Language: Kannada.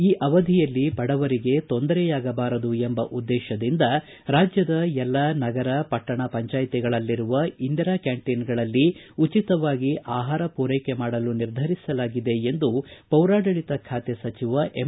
ಈ ಅವಧಿಯಲ್ಲಿ ಬಡವರಿಗೆ ತೊಂದರೆಯಾಗಬಾರದು ಎಂಬ ಉದ್ದೇಶದಿಂದ ರಾಜ್ಯದ ಎಲ್ಲ ನಗರ ಪಟ್ಟಣ ಪಂಚಾಯಿತಿಗಳಲ್ಲಿರುವ ಇಂದಿರಾ ಕ್ಕಾಂಟೀನ್ಗಳಲ್ಲಿ ಉಚಿತವಾಗಿ ಆಹಾರ ಪೂರೈಕೆ ಮಾಡಲು ನಿರ್ಧರಿಸಲಾಗಿದೆ ಎಂದು ಪೌರಾಡಳಿತ ಖಾತೆ ಸಚಿವ ಎಂ